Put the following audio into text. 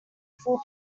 full